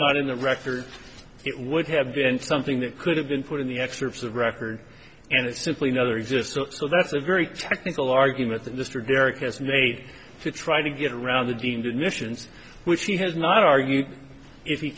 not in the records it would have been something that could have been put in the excerpts of record and it's simply another existence so that's a very technical argument that mr garrett has made to try to get around the deemed admissions which he has not argued if he